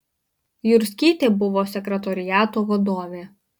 jurskytė buvo sekretoriato vadovė